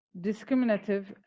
discriminative